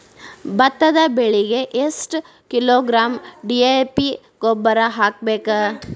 ಭತ್ತದ ಬೆಳಿಗೆ ಎಷ್ಟ ಕಿಲೋಗ್ರಾಂ ಡಿ.ಎ.ಪಿ ಗೊಬ್ಬರ ಹಾಕ್ಬೇಕ?